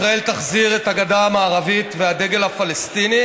ישראל תחזיר את הגדה המערבית והדגל הפלסטיני